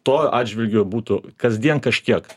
tuo atžvilgiu būtų kasdien kažkiek